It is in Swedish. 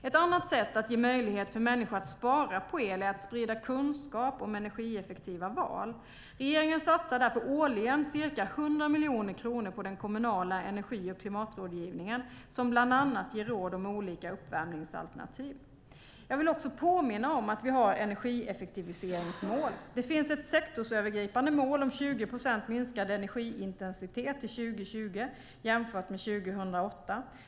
Ett annat sätt att ge möjlighet för människor att spara på el är att sprida kunskap om energieffektiva val. Regeringen satsar årligen ca 100 miljoner kronor på den kommunala energi och klimatrådgivningen, som bland annat ger råd om olika uppvärmningsalternativ. Jag vill också påminna om att vi har energieffektiviseringsmål. Det finns ett sektorsövergripande mål om 20 procent minskad energiintensitet till 2020 jämfört med 2008.